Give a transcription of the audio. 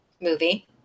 movie